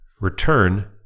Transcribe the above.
Return